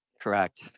Correct